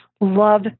love